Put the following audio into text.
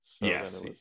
Yes